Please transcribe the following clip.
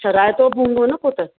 अच्छा राइतो बि हूंदो न पोइ त